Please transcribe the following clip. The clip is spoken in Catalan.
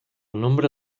nombre